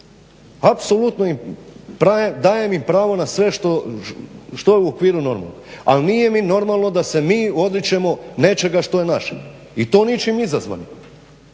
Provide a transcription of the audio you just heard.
Apsolutno im dajem pravo na sve što je u okviru normalnog, ali nije mi normalno da se mi odričemo nečega što je naše i to ničim izazvani.